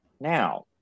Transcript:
now